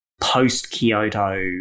post-Kyoto